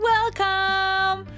Welcome